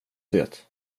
det